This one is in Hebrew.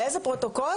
לאיזה פרוטוקול?